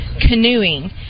canoeing